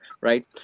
right